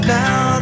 now